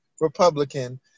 Republican